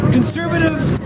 Conservatives